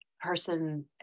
person